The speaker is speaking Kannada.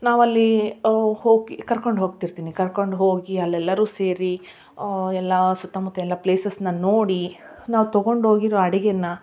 ನಾವಲ್ಲಿ ಹೋಗಿ ಕರ್ಕೊಂಡು ಹೋಗ್ತಿರ್ತೀನಿ ಕರ್ಕೊಂಡು ಹೋಗಿ ಅಲ್ಲಿ ಎಲ್ಲರೂ ಸೇರಿ ಎಲ್ಲ ಸುತ್ತಮುತ್ತ ಎಲ್ಲ ಪ್ಲೇಸಸ್ನ ನೋಡಿ ನಾವು ತೊಗೊಂಡು ಹೋಗಿರೋ ಅಡುಗೆನ